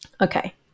Okay